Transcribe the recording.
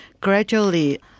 gradually